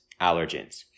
allergens